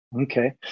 Okay